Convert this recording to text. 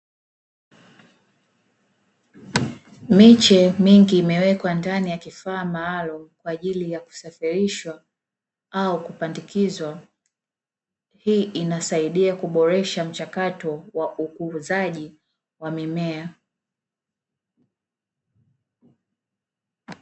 Miche mingi imewekwa ndani ya kifaa maalumu kwa ajili ya kusafirishwa au kupandikizwa hii inasaidia kuboresha mchakato wa ukuuzaji wa mimea.